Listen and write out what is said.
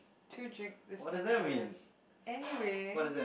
two drink dispensers anyway